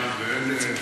אדוני היושב-ראש,